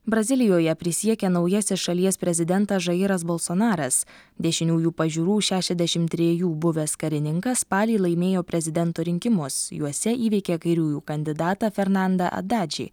brazilijoje prisiekė naujasis šalies prezidentas žairas balsonaras dešiniųjų pažiūrų šešiasdešim trejų buvęs karininkas spalį laimėjo prezidento rinkimus juose įveikė kairiųjų kandidatą fernandą adadžį